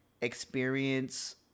experience